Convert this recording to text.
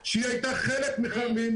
כאל חנויות חיוניות כמו רשתות המזון,